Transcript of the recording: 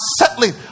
settling